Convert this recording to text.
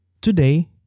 Today